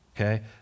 Okay